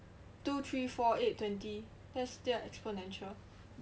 two three four eight twenty that's still exponential